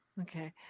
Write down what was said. Okay